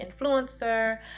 influencer